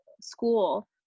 school